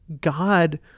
God